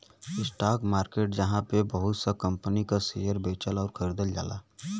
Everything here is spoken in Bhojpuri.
स्टाक मार्केट जहाँ पे बहुत सा कंपनी क शेयर बेचल आउर खरीदल जाला